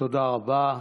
תודה רבה.